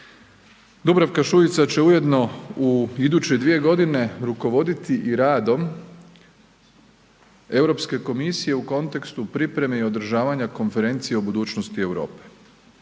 Dubravka Šuica će ujedno u iduće 2 godine rukovoditi i radom Europske komisije u kontekstu pripreme i održavanja konferencije o budućnosti Europe.